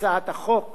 אלא גם את